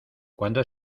cuándo